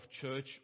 church